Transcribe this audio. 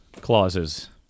clauses